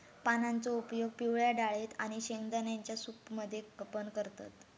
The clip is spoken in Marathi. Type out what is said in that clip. पानांचो उपयोग पिवळ्या डाळेत आणि शेंगदाण्यांच्या सूप मध्ये पण करतत